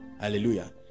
Hallelujah